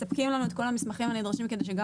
מספקים לנו את כל המסמכים הנדרשים כדי שגם